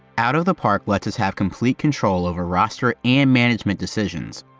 out of the park let's us have complete control over roster and management decisions.